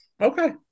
Okay